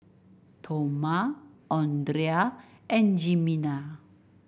Toma Andrea and Jimena